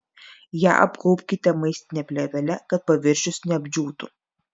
ją apgaubkite maistine plėvele kad paviršius neapdžiūtų